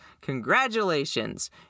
congratulations